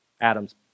Adams